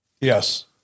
Yes